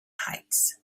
heights